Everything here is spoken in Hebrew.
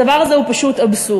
הדבר הזה הוא פשוט אבסורד.